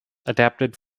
adapted